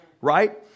right